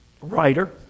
writer